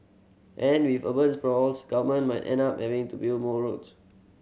and with urban sprawls government might end up having to build more roads